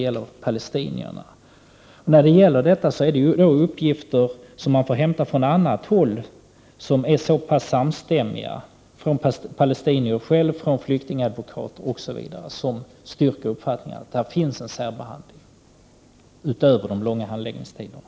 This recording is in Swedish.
Här får man hämta uppgifter från annat håll — från palestinier själva, från flyktingadvokater m.fl. — som är så pass samstämmiga att de styrker uppfattningen att det sker en särbehandling, utöver de långa handläggningstiderna.